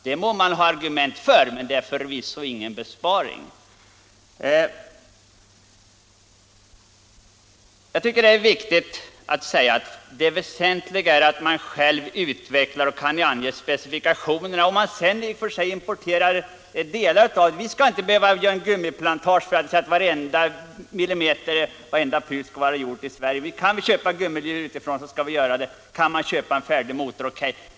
Det må man ha argument för, men det är förvisso ingen besparing. Jag tycker att det är viktigt att säga att det väsentliga är att man själv utvecklar och kan ange specifikationerna för ett flygplan. Om man sedan importerar delar till det må det vara hänt. Vi skall inte behöva anlägga gummiplantager här i landet för att kunna säga att varenda pryl och varje millimeter av planet är tillverkade i Sverige. Kan vi köpa gummidelar utifrån skall vi göra det, kan vi köpa en färdig motor så O.K.